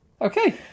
okay